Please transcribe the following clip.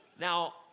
Now